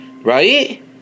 Right